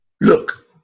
Look